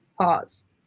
Pause